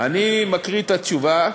אני תמיד אומר כאן: